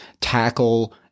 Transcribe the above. tackle